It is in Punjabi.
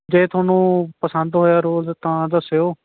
ਜੇ ਤੁਹਾਨੂੰ ਪਸੰਦ ਹੋਇਆ ਰੋਲ ਤਾਂ ਦੱਸਿਓ